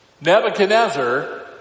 Nebuchadnezzar